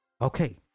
Okay